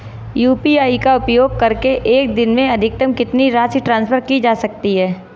UPI का उपयोग करके एक दिन में अधिकतम कितनी राशि ट्रांसफर की जा सकती है?